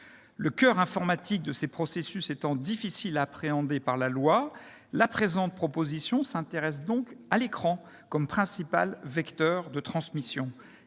Le coeur informatique de ces processus étant difficile à appréhender par la loi, la présente proposition de loi s'intéresse donc à l'écran comme principal vecteur de transmission.